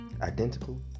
Identical